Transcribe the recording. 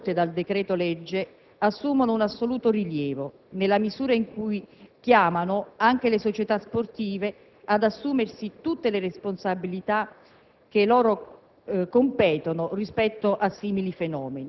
In questa prospettiva, le misure introdotte dal decreto-legge assumono un assoluto rilievo, nella misura in cui chiamano anche le società sportive ad assumersi tutte le responsabilità che loro competono